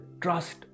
trust